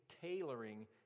tailoring